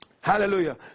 Hallelujah